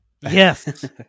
yes